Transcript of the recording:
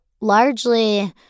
Largely